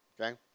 okay